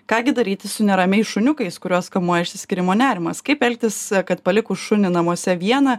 ką gi daryti su neramiais šuniukais kuriuos kamuoja išsiskyrimo nerimas kaip elgtis kad palikus šunį namuose vieną